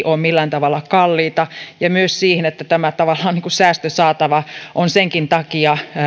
ole millään tavalla kalliita ja myös siihen että tämä tavallaan säästösaatava on senkin takia